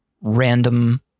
random